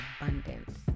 abundance